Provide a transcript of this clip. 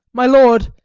my lord,